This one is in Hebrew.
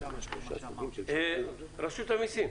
רשות המסים,